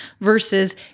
versus